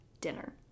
dinner